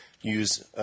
Use